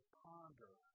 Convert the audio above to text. ponder